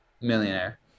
millionaire